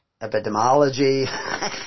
epidemiology